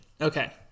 Okay